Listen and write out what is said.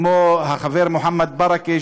כמו החברים מוחמד ברכה,